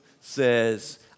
says